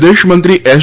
વિદેશમંત્રી એસ